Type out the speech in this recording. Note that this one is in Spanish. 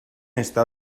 está